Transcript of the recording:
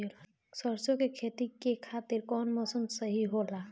सरसो के खेती के खातिर कवन मौसम सही होला?